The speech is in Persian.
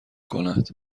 کند